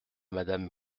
madame